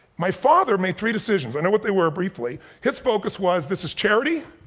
my father made three decisions. i know what they were, briefly. his focus was, this is charity,